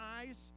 eyes